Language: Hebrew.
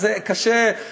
אז קשה.